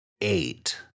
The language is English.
eight